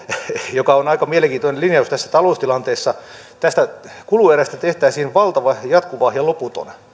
joka on aika mielenkiintoinen linjaus tässä taloustilanteessa tästä kuluerästä tehtäisiin valtava jatkuva ja loputon